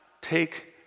take